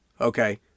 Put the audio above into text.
Okay